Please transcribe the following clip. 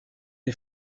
les